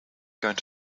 going